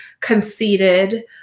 conceited